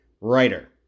Writer